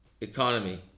economy